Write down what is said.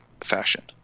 fashion